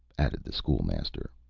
added the school-master.